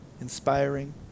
inspiring